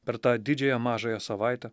per tą didžiąją mažąją savaitę